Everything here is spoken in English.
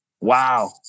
wow